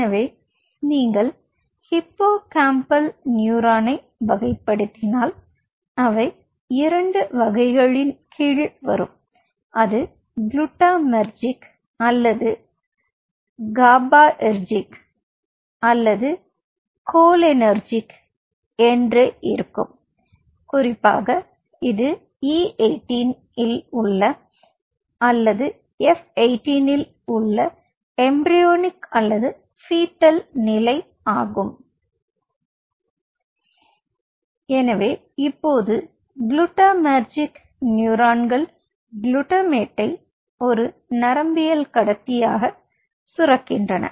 எனவே நீங்கள் ஹிப்போகாம்பல் நியூரானை வகைப்படுத்தினால் அவை 2 வகைகளின் கீழ் வரும் அது குளுட்டாமெர்ஜிக் அல்லது GABAergic அல்லது கோலினெர்ஜிக் என்ற இருக்கும் குறிப்பாக இது E 18 இல் உள்ள அல்லது F 18 இல் உள்ள எம்பரயோனிக் அல்லது பிட்டல் நிலை ஆகும் எனவே இப்போது குளுட்டமாட்டெர்ஜிக் நியூரான்கள் குளுட்டமேட்டை ஒரு நரம்பியக்கடத்தியாக சுரக்கின்றன